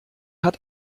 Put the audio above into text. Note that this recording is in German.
hat